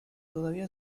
todavía